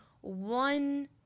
one